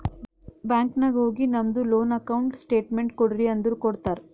bank ನಾಗ್ ಹೋಗಿ ನಮ್ದು ಲೋನ್ ಅಕೌಂಟ್ ಸ್ಟೇಟ್ಮೆಂಟ್ ಕೋಡ್ರಿ ಅಂದುರ್ ಕೊಡ್ತಾರ್